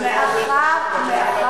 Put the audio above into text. אבל זה לא חשבון עובר-ושב.